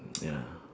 ya